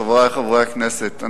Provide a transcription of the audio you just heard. חברי חברי הכנסת,